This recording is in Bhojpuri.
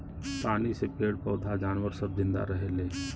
पानी से पेड़ पौधा जानवर सब जिन्दा रहेले